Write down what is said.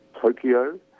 Tokyo